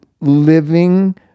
living